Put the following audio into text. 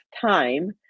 time